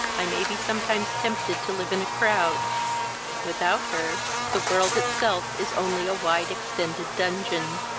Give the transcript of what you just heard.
i may be sometimes tempted to live in a crowd without her, the world itself is only a wide extended dungeon.